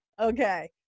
Okay